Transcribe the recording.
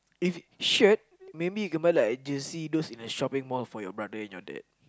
if shirt maybe can buy like jersey those in the shopping mall for your brother or dad